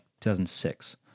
2006